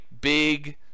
big